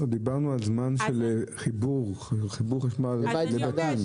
דיברנו על זמן של חיבור חשמל לבתים.